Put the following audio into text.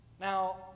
Now